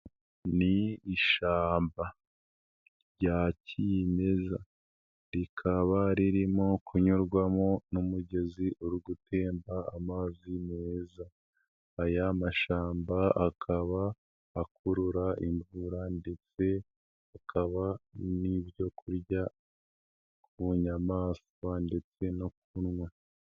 Ni ishamba rya kimeza rikaba ririmo kunyurwamo n'umugezi uri gutemba amazi meza, aya mashamba akaba akurura imvura ndetse hakaba n'ibyokurya ku nyayamaswa ndetse no kunywa.